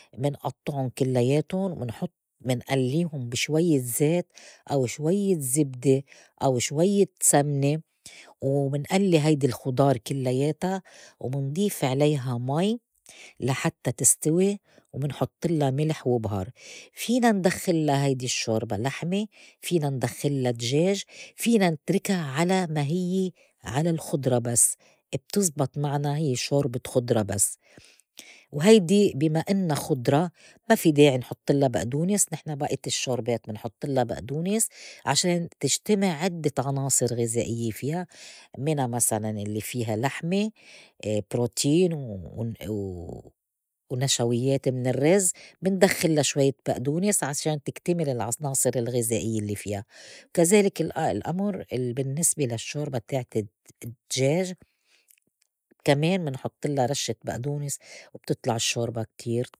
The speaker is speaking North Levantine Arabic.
منئطِّعُن كلّياتن ومنحط منئليهن بي شويّة زيت أو شويّة زبدة أو شويّة سمنة ومنئّلي هيدي الخُضار كلّياتا ومنضيف عليها مي لحتّى تستوي ومنحطلّا ملح وبهار فينا ندخلها هيدي الشّوربا لحمة، فينا ندخلها دجاج، فينا نتركها على ما هيّ على الخضرا بس بتزبط معنا هي شوربة خضرا بس وهيدي بي ما إنّا خُضرا ما في داعي نحطلّا بقدونس نحن بائيت الشوربات منحطلّا بقدونس عشان تجتمع عدّة عناصر غذائية فيها مِنَا مسلاً يلّي فيها لحمة بروتين و ونشويّات من الرّز مندخلّا شويّة بقدونس عشان تكتمل العناصر الغِذائيّة الّي فيا، كذلك ال- الأمر ال- بالنّسبة للشّوربة تاعت د- دجاج كمان منحطلّا رشّة بقدونس وبتطلع الشّوربا كتير.